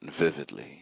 vividly